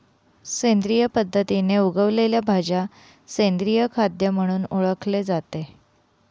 सेंद्रिय पद्धतीने उगवलेल्या भाज्या सेंद्रिय खाद्य म्हणून ओळखले जाते